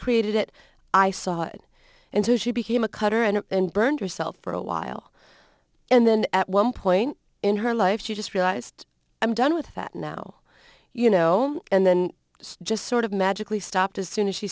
created it i saw it until she became a cutter and burned herself for a while and then at one point in her life she just realized i'm done with that now you know and then just sort of magically stopped as soon as she